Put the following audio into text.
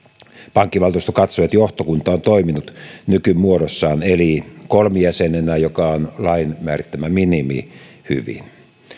pankkivaltuusto katsoo että johtokunta on toiminut hyvin nykymuodossaan eli kolmijäsenisenä joka on lain määrittämä minimi